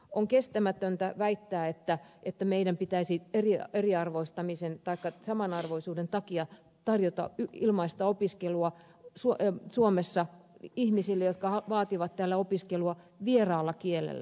on kestämätöntä väittää että meidän pitäisi samanarvoisuuden takia tarjota ilmaista opiskelua suomessa ihmisille jotka vaativat täällä opiskelua vieraalla kielellä